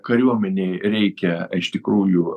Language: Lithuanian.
kariuomenei reikia iš tikrųjų